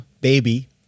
baby